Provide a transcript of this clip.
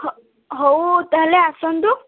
ହଉ ହଉ ତାହେଲେ ଆସନ୍ତୁ